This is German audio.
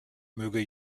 möge